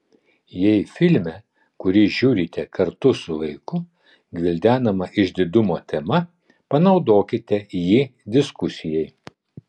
jei filme kurį žiūrite kartu su vaiku gvildenama išdidumo tema panaudokite jį diskusijai